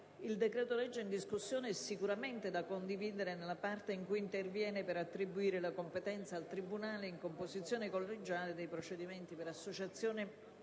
Il decreto-legge in discussione è sicuramente da condividere nella parte in cui interviene per attribuire la competenza al tribunale in composizione collegiale dei procedimenti per associazione